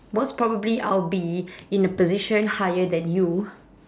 most probably I'll be in a position higher than you